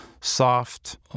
soft